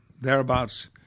thereabouts